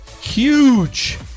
Huge